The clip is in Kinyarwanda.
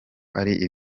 ari